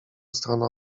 stronę